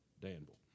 Danville